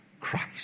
Christ